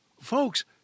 folks